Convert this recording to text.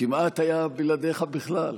כמעט היה בלעדיך בכלל.